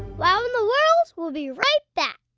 wow in the world will be right back.